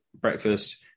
breakfast